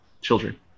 children